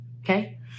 Okay